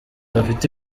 bafite